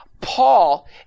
Paul